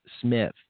Smith